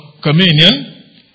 communion